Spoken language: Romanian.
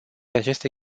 aceste